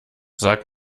sag